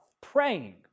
praying